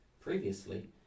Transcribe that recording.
previously